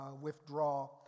withdraw